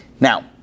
Now